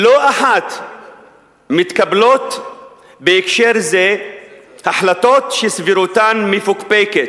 "לא אחת מתקבלות בהקשר זה החלטות שסבירותן מפוקפקת